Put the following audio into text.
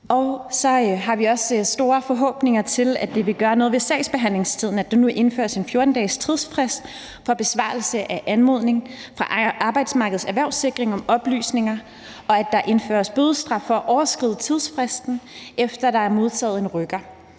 Så har vi også store forhåbninger til, at det vil gøre noget ved sagsbehandlingstiden, at der nu indføres en 14-dages tidsfrist for besvarelse af anmodning fra Arbejdsmarkedets Erhvervssikring om oplysninger, og at der indføres bødestraf for at overskride tidsfristen, efter at der er modtaget en rykker.